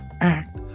act